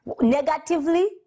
Negatively